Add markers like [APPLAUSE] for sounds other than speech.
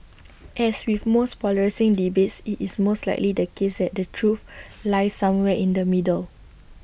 [NOISE] as with most polarising debates IT is most likely the case that the truth lies somewhere in the middle